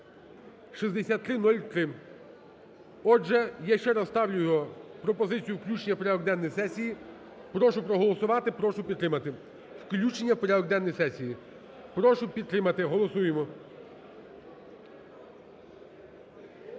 (6303). Отже, я ще раз ставлю його, пропозицію включення в порядок денний сесії. Прошу проголосувати, прошу підтримати. Включення в порядок денний сесії. Прошу підтримати. Голосуємо.